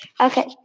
Okay